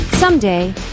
Someday